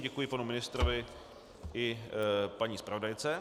Děkuji panu ministrovi i paní zpravodajce.